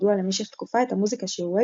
כשנה לאחר שקיבל לידיו את ניהול